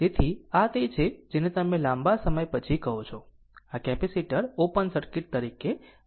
તેથી આ તે છે જેને તમે લાંબા સમય પછી કહો છો આ કેપેસિટર ઓપન સર્કિટ તરીકે કાર્ય કરશે